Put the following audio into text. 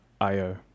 I-O